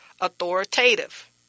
authoritative